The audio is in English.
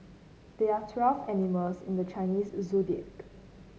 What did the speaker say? there are twelve animals in the Chinese Zodiac